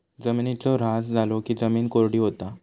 जिमिनीचो ऱ्हास झालो की जिमीन कोरडी होता